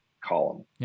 column